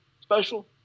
special